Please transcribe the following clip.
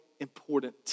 important